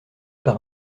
par